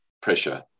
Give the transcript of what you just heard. pressure